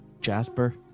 Jasper